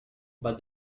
but